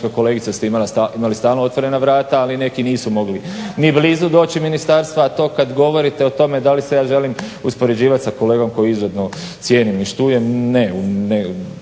imali stalno otvorena vrata ali neki nisu mogli ni blizu doći ministarstva a to kad govorite o tome da li se ja želim uspoređivati sa kolegom kojega izrazito cijenim i štujem ne.